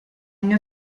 anni